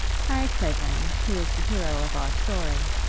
harry clavering, who is the hero of our story,